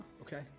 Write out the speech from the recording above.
Okay